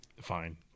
Fine